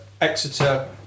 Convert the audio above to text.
Exeter